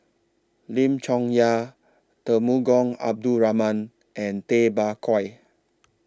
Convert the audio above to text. Lim Chong Yah Temenggong Abdul Rahman and Tay Bak Koi